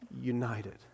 united